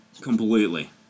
Completely